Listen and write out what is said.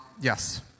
yes